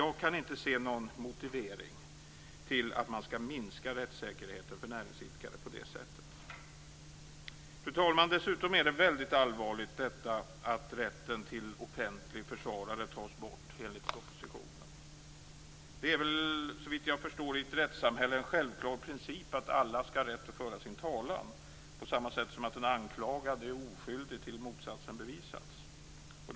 Jag kan inte se någon motivering till att man skall minska rättssäkerheten för näringsidkare på det sättet. Fru talman! Dessutom är det väldigt allvarligt att rätten till offentlig försvarare tas bort, enligt propositionen. Det är såvitt jag förstår en självklar princip i ett rättssamhälle att alla skall ha rätt att föra sin talan på samma sätt som att en anklagad är oskyldig till dess motsatsen bevisats.